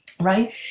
right